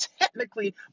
technically